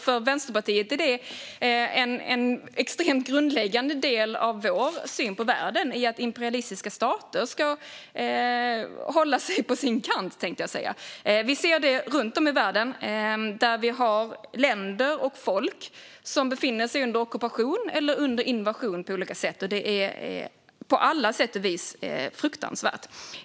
Det är en extremt grundläggande del av Vänsterpartiets syn på världen att imperialistiska stater ska hålla sig på sin kant, tänkte jag säga. Vi ser runt om i världen att det finns länder och folk som befinner sig under ockupation eller invasion på olika sätt, och det är på alla sätt och vis fruktansvärt.